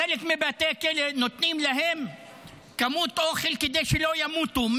בחלק מבתי הכלא נותנים להם כמות אוכל כדי שלא ימותו,